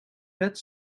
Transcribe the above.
pet